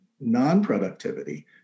non-productivity